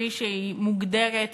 כפי שהיא מוגדרת בחוק-יסוד: